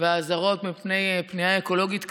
והאזהרות מפני פגיעה אקולוגית קשה,